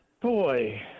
Boy